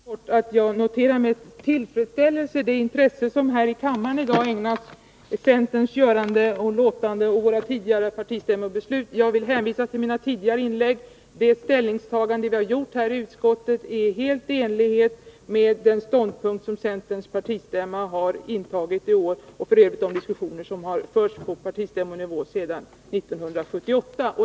Herr talman! Bara helt kort. Jag noterar med tillfredsställelse det intresse som här i kammaren i dag ägnas centerns göranden och låtanden och våra tidigare partistämmobeslut. Jag vill hänvisa till mina tidigare inlägg. Det ställningstagande vi har gjort i utskottet är helt i enlighet med den ståndpunkt som centerns partistämma har intagit i år och i enlighet med de diskussioner som förts på partistämmorna sedan 1978.